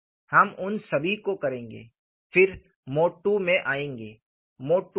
हम उन सभी को करेंगे फिर मोड II में आएंगे मोड II देखें